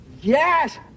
yes